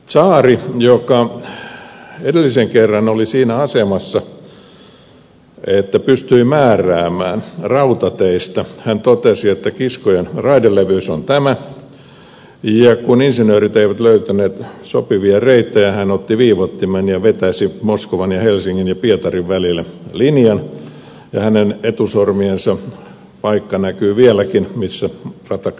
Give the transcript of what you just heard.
tsaari joka edellisen kerran oli siinä asemassa että pystyi määräämään rautateistä totesi että kiskojen raideleveys on tämä ja kun insinöörit eivät löytäneet sopivia reittejä hän otti viivottimen ja vetäisi moskovan ja helsingin ja pietarin välille linjan ja hänen etusormiensa paikka näkyy vieläkin siinä missä rata tekee mutkan